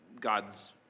God's